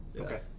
Okay